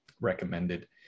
recommended